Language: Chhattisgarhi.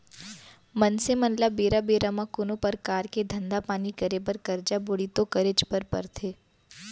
मनसे मन ल बेरा बेरा म कोनो परकार के धंधा पानी करे बर करजा बोड़ी तो करेच बर परथे